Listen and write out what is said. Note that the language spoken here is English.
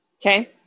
Okay